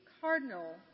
cardinal